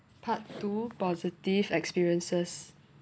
part two positive experiences